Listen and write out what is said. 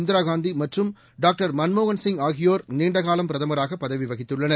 இந்திரா காந்தி மற்றும் டாக்டர் மன்மோகன்சிங் ஆகியோர் நீண்டகாலம் பிரதமராக பதவி வகித்துள்ளனர்